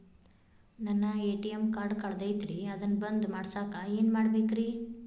ನನ್ನ ATM card ಕಳದೈತ್ರಿ ಅದನ್ನ ಬಂದ್ ಮಾಡಸಾಕ್ ಏನ್ ಮಾಡ್ಬೇಕ್ರಿ?